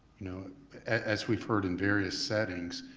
you know as we've heard in various settings,